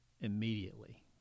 Immediately